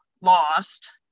lost